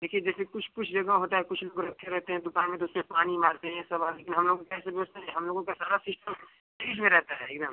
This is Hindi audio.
देखिए जैसे कुछ कुछ जगह होता है कुछ लोग रखे रहते हैं दुकान में तो उस पर पानी मारते हैं सब लेकिन हम लोग के यहाँ ऐसे व्यवस्था नहीं हम लोगों के यहाँ सारा सिस्टम फ्रीज में रहता है एकदम